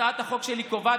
הצעת החוק שלי קובעת,